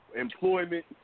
Employment